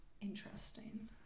Interesting